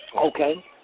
Okay